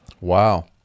Wow